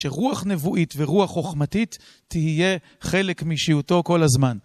שרוח נבואית ורוח חוכמתית תהיה חלק מאישיותו כל הזמן.